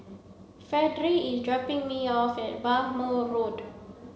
Fredie is dropping me off at Bhamo Road